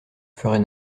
ferais